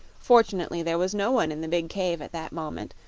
fortunately, there was no one in the big cave at that moment,